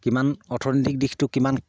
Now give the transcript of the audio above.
কিমান অৰ্থনৈতিক দিশটো কিমান